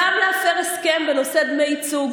גם להפר הסכם בנושא דמי ייצוג,